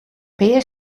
pear